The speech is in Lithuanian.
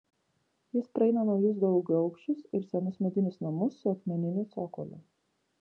jis praeina naujus daugiaaukščius ir senus medinius namus su akmeniniu cokoliu